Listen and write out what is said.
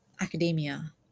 academia